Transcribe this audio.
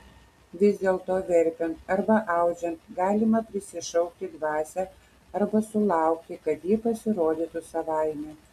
vis dėlto verpiant arba audžiant galima prisišaukti dvasią arba sulaukti kad ji pasirodytų savaime